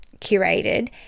curated